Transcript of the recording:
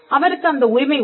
அவருக்கு அந்த உரிமை உண்டு